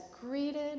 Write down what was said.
greeted